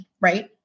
right